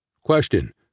Question